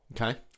okay